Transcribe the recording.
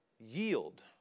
yield